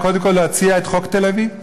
ירושלים, קודם כול להציע את חוק תל אביב.